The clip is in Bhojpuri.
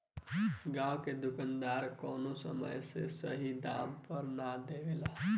गांव के दुकानदार कवनो समान के सही दाम पर ना देवे ले